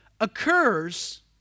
occurs